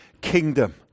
kingdom